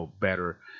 better